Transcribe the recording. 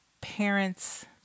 parents